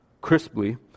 crisply